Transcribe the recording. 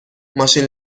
ماشین